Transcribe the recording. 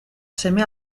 seme